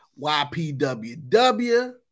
YPWW